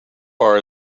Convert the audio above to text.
bar